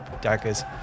daggers